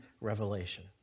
revelation